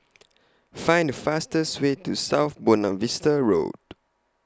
Find The fastest Way to South Buona Vista Road